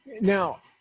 Now